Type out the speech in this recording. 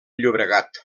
llobregat